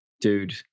dude